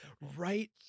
right